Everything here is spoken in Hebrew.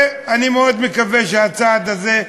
ואני מאוד מקווה שהצעד הזה,